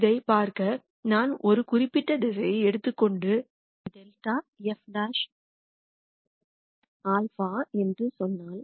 இதைப் பார்க்க நான் ஒரு குறிப்பிட்ட திசையை எடுத்துக்கொண்டு δ f T α என்று சொன்னால்